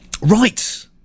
right